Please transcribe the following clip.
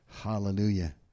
Hallelujah